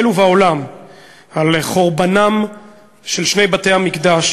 ובעולם על חורבנם של שני בתי-המקדש